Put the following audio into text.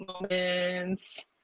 moments